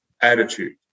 attitude